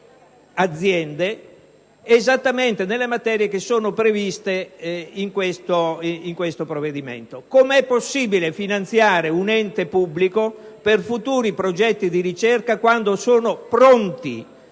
aziende, esattamente nelle materie che sono previste in questo provvedimento. Come è possibile finanziare un ente pubblico per futuri progetti di ricerca, quando sono pronti